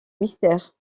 mystère